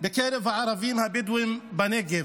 בקרב הערבים הבדואים בנגב.